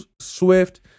swift